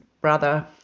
brother